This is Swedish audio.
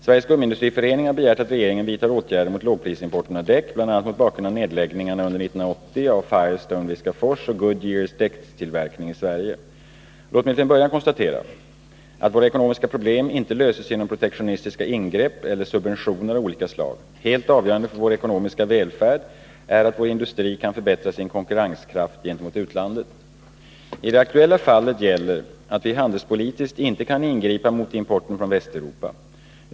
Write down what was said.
Sveriges gummiindustriförening har begärt att regeringen vidtar åtgärder mot lågprisimporten av däck, bl.a. mot bakgrund av nedläggningarna under år 1980 av Firestone-Viskafors och Goodyears däckstillverkning i Sverige. Låt mig till en början konstatera att våra ekonomiska problem inte löses genom protektionistiska ingrepp eller subventioner av olika slag. Helt avgörande för vår ekonomiska välfärd är att vår industri kan förbättra sin konkurrenskraft gentemot utlandet. I det aktuella fallet gäller att vi handelspolitiskt inte kan ingripa mot importen från Västeuropa.